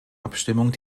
abstimmung